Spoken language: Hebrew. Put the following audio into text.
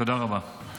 תודה רבה.